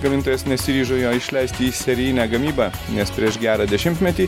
gamintojas nesiryžo jo išleisti į serijinę gamybą nes prieš gerą dešimtmetį